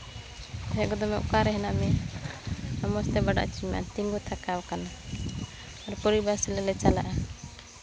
ᱦᱮᱡ ᱜᱚᱫᱚᱜ ᱢᱮ ᱚᱠᱟᱨᱮ ᱢᱮᱱᱟᱜ ᱢᱮᱭᱟ ᱢᱚᱡᱽ ᱛᱮ ᱵᱟᱰᱟᱭ ᱦᱚᱪᱚᱧ ᱢᱮ ᱛᱤᱸᱜᱩ ᱛᱷᱟᱠᱟᱣ ᱠᱟᱱᱟ ᱟᱨ ᱯᱚᱨᱤᱵᱟᱥ ᱟᱞᱮ ᱞᱮ ᱪᱟᱞᱟᱜᱼᱟ